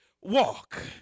walk